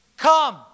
Come